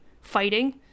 fighting